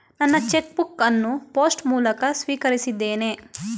ನನ್ನ cheque book ಅನ್ನು post ಮೂಲಕ ಸ್ವೀಕರಿಸಿದ್ದೇನೆ